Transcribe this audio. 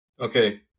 Okay